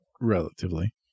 relatively